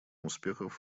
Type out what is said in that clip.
успехов